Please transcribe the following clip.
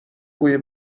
بوی